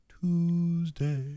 Tuesday